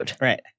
Right